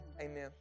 Amen